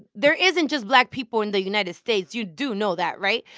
there isn't just black people in the united states. you do know that, right?